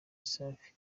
safi